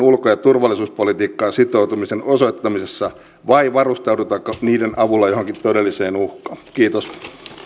ulko ja turvallisuuspolitiikkaan sitoutumisen osoittamisessa vai varustaudutaanko niiden avulla johonkin todelliseen uhkaan kiitos